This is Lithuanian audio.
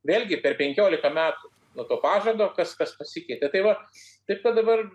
vėlgi per penkiolika metų nuo to pažado kas kas pasikeitė tai va taip kad dabar